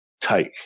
take